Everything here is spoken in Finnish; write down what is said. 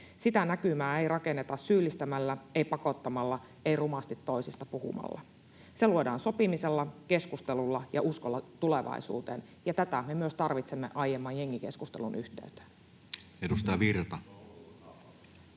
Sitä näkymää ei rakenneta syyllistämällä, ei pakottamalla, ei rumasti toisista puhumalla. Se luodaan sopimisella, keskustelulla ja uskolla tulevaisuuteen, ja tätä me myös tarvitsemme aiemman jengikeskustelun yhteyteen. Edustaja Virta.